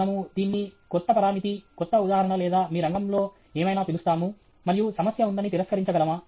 మనము దీన్ని క్రొత్త పరామితి క్రొత్త ఉదాహరణ లేదా మీ రంగంలో ఏమైనా పిలుస్తాము మరియు సమస్య ఉందని తిరస్కరించగలమా